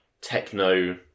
techno